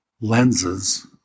lenses